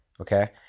Okay